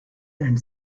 and